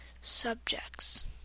subjects